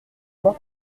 main